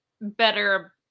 better